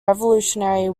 revolutionary